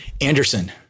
Anderson